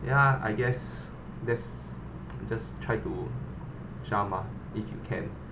ya I guess that's just try to siam ah if you can